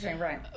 right